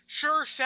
sure